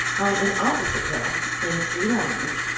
on an opposite hill, in three lines,